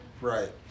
Right